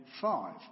five